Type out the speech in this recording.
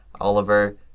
Oliver